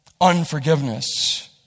unforgiveness